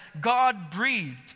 God-breathed